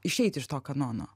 išeit iš to kanono